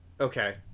Okay